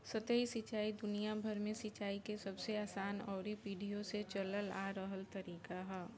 सतही सिंचाई दुनियाभर में सिंचाई के सबसे आसान अउरी पीढ़ियो से चलल आ रहल तरीका ह